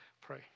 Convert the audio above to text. pray